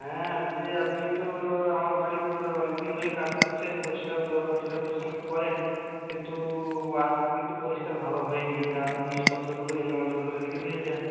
হ্যাঁ দিদি আপনি তো আমার বাড়ি প অনেক দিন ধরে কাজ করছেন পরিষ্কার বা পরিষ্কার পরিচ্ছন্ন করেন কিন্তু আজকে কিন্তু পরিষ্কার ভালো হয় নি আর জিনিসপত্রগুলো এলোমেলো করে রেখে দিয়েছেন